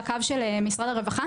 לקו של משרד הרווחה.